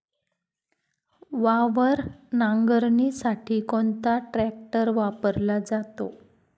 वावर नांगरणीसाठी कोणता ट्रॅक्टर वापरला जातो?